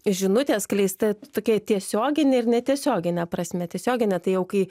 žinutė atskleista tokia tiesiogine ir netiesiogine prasme tiesiogine tai jau kai